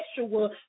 sexual